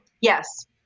Yes